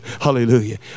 hallelujah